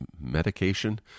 medication